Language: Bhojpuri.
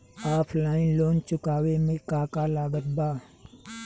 ऑफलाइन लोन चुकावे म का का लागत बा?